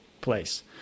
place